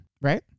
right